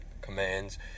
commands